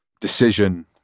decision